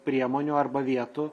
priemonių arba vietų